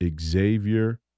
Xavier